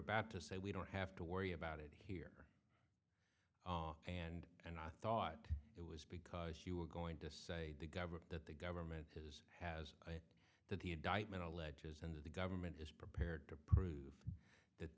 about to say we don't have to worry about it here and and i thought it was because you were going to say the government that the government has has it that he had died men alleges and the government is prepared to prove that